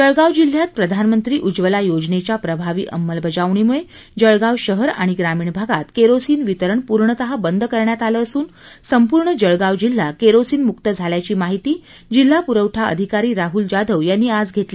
जळगाव जिल्ह्यात प्रधानमंत्री उज्वला योजनेच्या प्रभावी अंमलबजावणीमुळे जळगाव शहर आणि ग्रामीण भागात केरोसीन वितरण पूर्णत बंद करण्यात आलं असून संपूर्ण जळगाव जिल्हा केरीसीन मुक्त झाल्याची माहिती जिल्हा पुरवठा अधिकारी राहूल जाधव यांनी आज घेतलेल्या वार्ताहर परिषदेत दिली